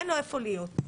אין לו איפה להיות.